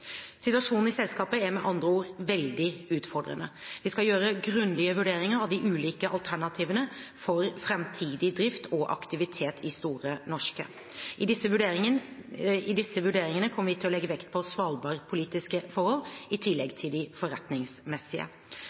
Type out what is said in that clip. Situasjonen i selskapet er med andre ord veldig utfordrende. Vi skal gjøre grundige vurderinger av de ulike alternativene for framtidig drift og aktivitet i Store Norske. I disse vurderingene kommer vi til å legge vekt på svalbardpolitiske forhold, i tillegg til de forretningsmessige.